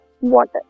water